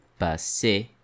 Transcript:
passé